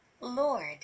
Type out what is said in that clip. Lord